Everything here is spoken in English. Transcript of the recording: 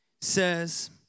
says